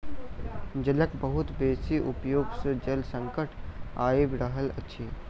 जलक बहुत बेसी उपयोग सॅ जल संकट आइब रहल अछि